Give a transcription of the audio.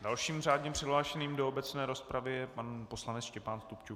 Dalším řádně přihlášeným do obecné rozpravy je pan poslanec Štěpán Stupčuk.